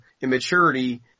immaturity